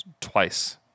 twice